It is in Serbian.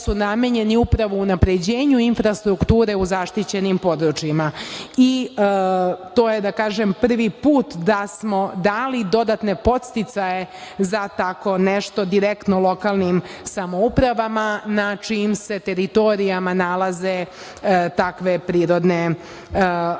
su namenjeni upravo u unapređenju infrastrukture u zaštićenim područjima. To je da kažem prvi put da smo dali dodatne podsticaje za tako nešto direktno lokalnim samoupravama na čijim se teritorijama nalaze takve prirodne lepote